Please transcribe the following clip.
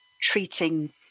treating